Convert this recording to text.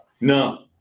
No